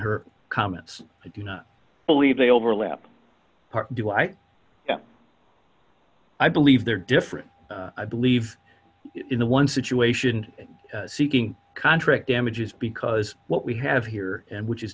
her comments i do not believe they overlap do i i believe there are different i believe in the one situation seeking contract damages because what we have here and which is